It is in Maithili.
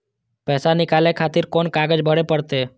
पैसा नीकाले खातिर कोन कागज भरे परतें?